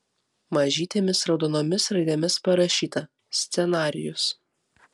mažytėmis raudonomis raidėmis parašyta scenarijus